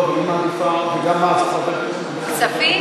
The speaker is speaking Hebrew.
כספים?